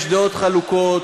יש דעות חלוקות,